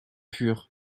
pur